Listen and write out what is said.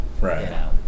right